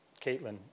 Caitlin